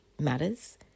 matters